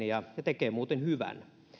ja tekee muuten hyvän